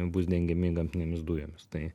bus dengiami gamtinėmis dujomis tai